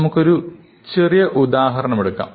നമുക്ക് ഒരു ചെറിയ ഉദാഹരണമെടുക്കാം